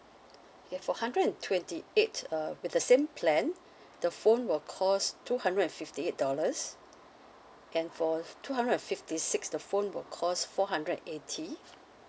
okay for hundred and twenty eight uh with the same plan the phone will cost two hundred and fifty eight dollars and for two hundred and fifty six the phone will cost four hundred and eighty